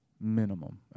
minimum